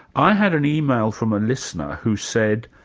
i had an email from a listener who said,